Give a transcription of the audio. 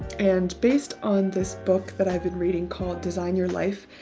and based on this book that i've been reading called design your life,